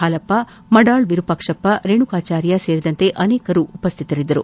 ಹಾಲಪ್ಪ ಮಾಡಾಳ್ ವಿರೂಪಾಕ್ಷಪ್ಪ ರೇಣುಕಾಚಾರ್ಯ ಸೇರಿದಂತೆ ಅನೇಕರು ಉಪಸ್ಥಿತರಿದ್ದರು